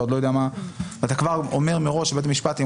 אתה עוד לא יודע ואתה כבר אומר מראש לבית המשפט.